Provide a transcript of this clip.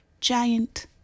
giant